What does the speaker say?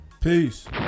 peace